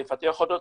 לפתח אותו,